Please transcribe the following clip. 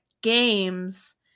games